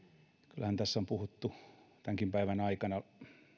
kyllähän tässä on puhuttu tämänkin päivän aikana